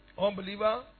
unbeliever